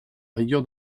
rigueur